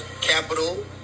capital